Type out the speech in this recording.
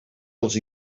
dels